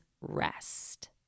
rest